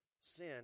sin